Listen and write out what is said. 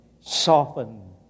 soften